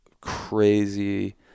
crazy